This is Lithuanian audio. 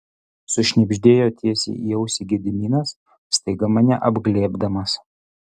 sušnibždėjo tiesiai į ausį gediminas staiga mane apglėbdamas